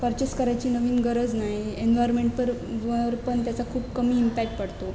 purchase करायची नवीन गरज नाही एन्वारमेणपर वर पण त्याचा खूप कमी इम्पॅक पडतो